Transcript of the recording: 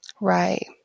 Right